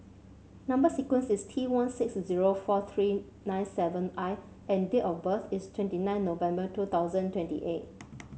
number sequence is T one six zero four three nine seven I and date of birth is twenty nine November two thousand twenty eight